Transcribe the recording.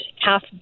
half